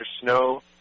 Snow